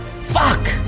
fuck